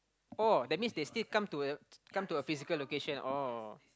oh that means they still come to a come to a physical location oh